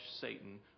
Satan